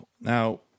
Now